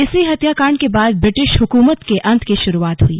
इसी हत्याकांड के बाद ब्रिटिश हुकूमत के अंत की शुरुआत हुई